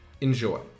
Enjoy